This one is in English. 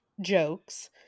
jokes